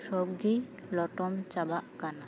ᱥᱳᱵᱜᱮ ᱞᱚᱴᱚᱢ ᱪᱟᱵᱟᱜ ᱠᱟᱱᱟ